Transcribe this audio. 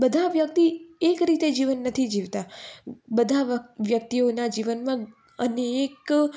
બધા વ્યક્તિ એક રીતે જીવન નથી જીવતા બધા વ્યક્તિઓના જીવનમાં અનેક